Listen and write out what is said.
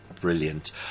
Brilliant